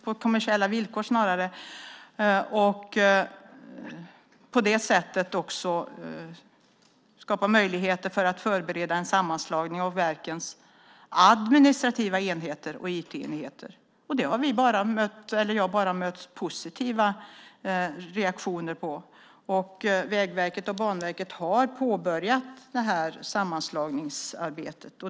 På det sättet skapar man också möjligheter för att förbereda en sammanslagning av verkens administrativa enheter och IT-enheter. Det har jag bara mött positiva reaktioner på. Vägverket och Banverket har påbörjat sammanslagningsarbetet.